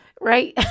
Right